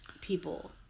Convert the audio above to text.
people